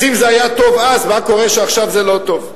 אז אם זה היה טוב אז, מה קורה שעכשיו זה לא טוב?